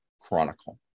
chronicle